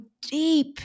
deep